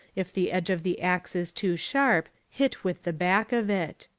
if the edge of the axe is too sharp, hit with the back of it.